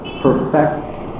perfect